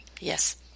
Yes